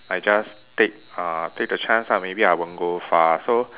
I just take (uh )take the chance ah maybe I won't go far so